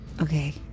Okay